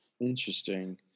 Interesting